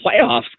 playoffs